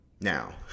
Now